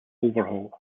overhaul